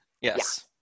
Yes